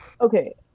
okay